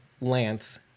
Lance